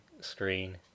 screen